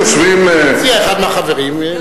יציע אחד מהחברים.